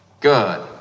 Good